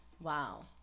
Wow